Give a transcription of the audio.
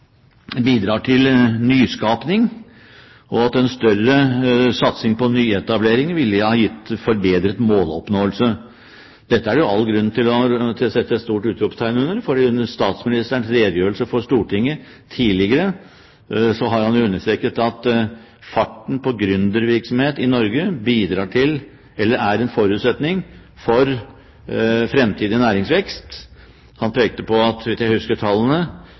bidrar til nyskaping, og at en større satsing på nyetableringer ville ha gitt forbedret måloppnåelse. Dette er det all grunn til å sette et stort utropstegn ved, for under en tidligere redegjørelse for Stortinget har statsministeren understreket at farten på gründervirksomhet i Norge er en forutsetning for fremtidig næringsvekst. Han pekte på – så vidt jeg husker